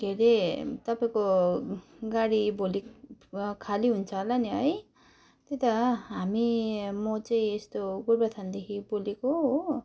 के रे तपाईँको गाडी भोलि खाली हुन्छ होला नि है त्यही त हामी म चाहिँ यस्तो गोरुबथानदेखि बोलेको हो